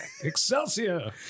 Excelsior